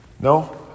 No